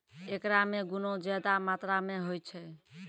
एकरा मे गुना ज्यादा मात्रा मे होय छै